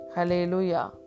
Hallelujah